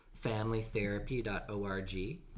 familytherapy.org